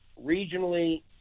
regionally